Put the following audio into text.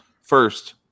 first